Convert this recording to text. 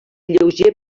lleuger